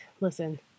listen